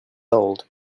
old